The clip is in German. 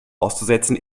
auszusetzen